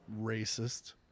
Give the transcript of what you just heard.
Racist